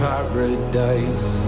Paradise